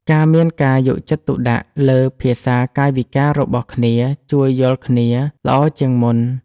ការមានការយកចិត្តទុកដាក់លើភាសាកាយវិការរបស់គ្នាជួយយល់គ្នាល្អជាងមុន។